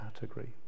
category